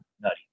nutty